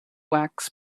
wax